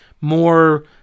more